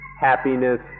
happiness